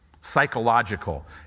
psychological